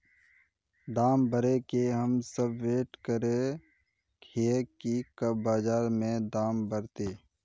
दाम बढ़े के हम सब वैट करे हिये की कब बाजार में दाम बढ़ते?